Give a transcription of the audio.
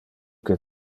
que